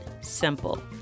simple